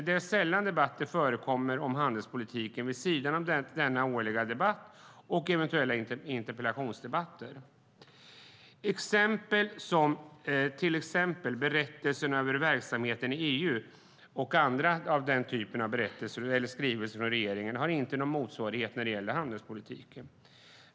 Det är sällan debatter om handelspolitiken förekommer, förutom denna årliga debatt och eventuella interpellationsdebatter. Skrivelser som Berättelse om verksamheten i Europeiska unionen , och den typen av andra skrivelser från regeringen, har inte någon motsvarighet när det gäller handelspolitiken.